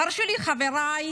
תרשו לי, חבריי,